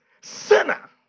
sinner